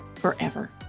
forever